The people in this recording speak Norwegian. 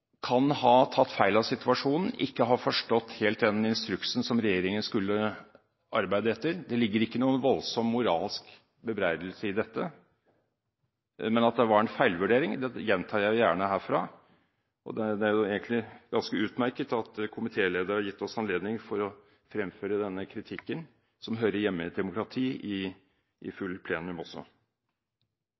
kan ha tatt feil av situasjonen og ikke helt hadde forstått instruksen som regjeringen skulle arbeide etter. Det ligger ikke noen voldsom moralsk bebreidelse i dette, men at det var en feilvurdering, gjentar jeg gjerne herfra. Det er egentlig ganske utmerket at komitéleder har gitt oss anledning til å fremføre denne kritikken i plenum, noe som hører hjemme i et demokrati.